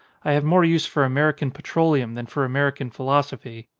i have more use for american petroleum than for american philosophy.